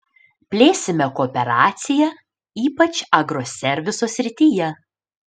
plėsime kooperaciją ypač agroserviso srityje